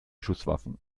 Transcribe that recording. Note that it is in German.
schusswaffen